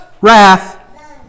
wrath